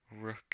rook